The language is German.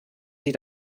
sie